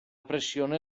pressione